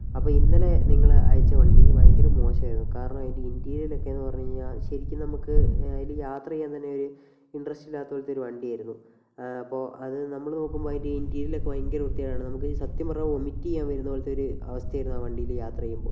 അപ്പോൾ ഇന്നലെ നിങ്ങൾ അയച്ച വണ്ടി ഭയങ്കര മോശമായിരുന്നു കാരണം അതിൻ്റെ ഇൻ്റീരിയറൊക്കേ എന്നു പറഞ്ഞു കഴിഞ്ഞാൽ ശരിക്കും നമുക്ക് അതിൽ യാത്ര ചെയ്യാൻ തന്നേ ഒരു ഇൻ്ററസ്റ്റില്ലാത്ത പോലത്തൊരു വണ്ടി ആയിരുന്നു ആ അപ്പോൾ അത് നമ്മൾ നോക്കുമ്പോൾ അതിൻ്റെ ഇൻ്റീരിയറൊക്കേ ഭയങ്കര വൃത്തികേടാണ് നമുക്ക് സത്യം പറഞ്ഞാൽ വൊമിറ്റ് ചെയ്യാൻ വരുന്ന പോലെത്തെ ഒരു അവസ്ഥയായിരുന്നു ആ വണ്ടിയിൽ യാത്ര ചെയ്യുമ്പോൾ